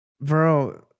Bro